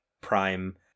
prime